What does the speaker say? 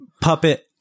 puppet